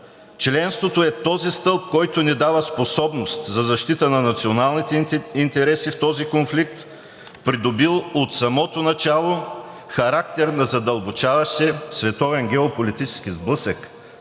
членството е този стълб, който ни дава способност за защита на националните интереси в този конфликт, придобил от самото начало характер на задълбочаващ се световен геополитически сблъсък,